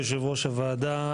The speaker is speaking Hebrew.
יושב-ראש הוועדה,